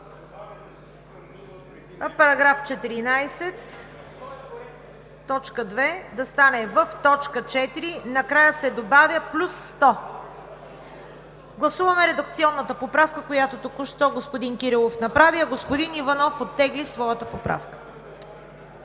„§ 14. Точка 2 да стане: „в т. 4 накрая се добавя „плюс 100“.“ Гласуваме редакционната поправка, която току-що господин Кирилов направи, а господин Иванов оттегли своята поправка.